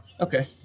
Okay